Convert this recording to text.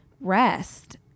rest